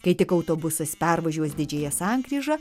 kai tik autobusas pervažiuos didžiąją sankryžą